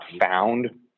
found